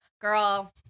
girl